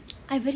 I very